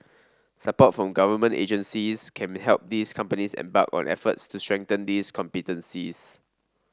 support from government agencies can help these companies embark on efforts to strengthen these competencies